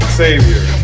savior